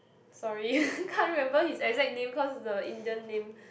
sorry can't remember his exact name cause the Indian name